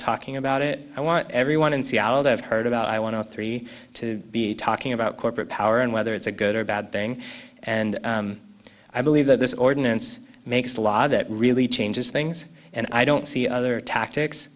talking about it i want everyone in seattle to have heard about i want to three to be talking about corporate power and whether it's a good or bad thing and i believe that this ordinance makes a law that really changes things and i don't see other tactics